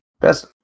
Best